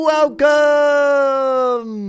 Welcome